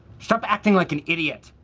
stop acting like an idiot!